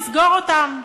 יסגור אותם.